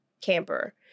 camper